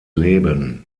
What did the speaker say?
leben